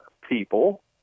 people